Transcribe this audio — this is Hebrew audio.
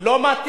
לא, לא.